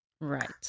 Right